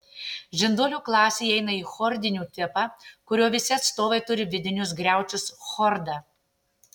žinduolių klasė įeina į chordinių tipą kurio visi atstovai turi vidinius griaučius chordą